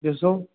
ॾिसो